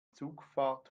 zugfahrt